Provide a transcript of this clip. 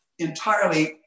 Entirely